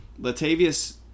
Latavius